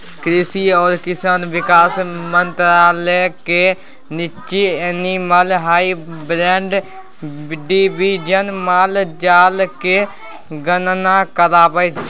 कृषि आ किसान बिकास मंत्रालय केर नीच्चाँ एनिमल हसबेंड्री डिबीजन माल जालक गणना कराबै छै